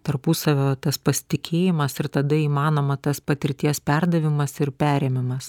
tarpusavio tas pasitikėjimas ir tada įmanoma tas patirties perdavimas ir perėmimas